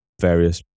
various